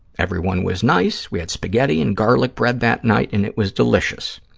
everyone was nice. we had spaghetti and garlic bread that night, and it was delicious.